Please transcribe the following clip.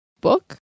book